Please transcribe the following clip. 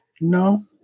No